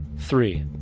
three.